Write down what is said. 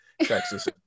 texas